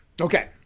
Okay